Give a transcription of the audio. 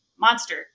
Monster